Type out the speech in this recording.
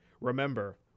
remember